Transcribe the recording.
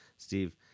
Steve